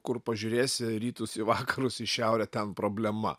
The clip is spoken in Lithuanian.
kur pažiūrėsi rytus į vakarus į šiaurę ten problema